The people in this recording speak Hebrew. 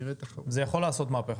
זה יכול לעשות מהפיכה.